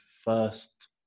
first